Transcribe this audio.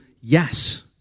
yes